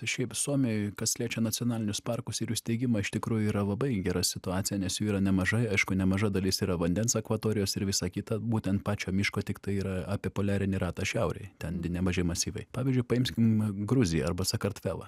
tai šiaip suomijoj kas liečia nacionalinius parkus ir jų steigimą iš tikrųjų yra labai gera situacija nes jų yra nemažai aišku nemaža dalis yra vandens akvatorijos ir visa kita būtent pačio miško tiktai yra apie poliarinį ratą šiaurėj ten nemaži masyvai pavyzdžiui paimkim gruziją arba sakartvelą